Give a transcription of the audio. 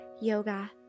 yoga